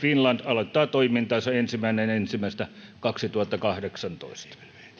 finland aloittaa toimintansa ensimmäinen ensimmäistä kaksituhattakahdeksantoista